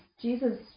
Jesus